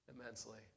immensely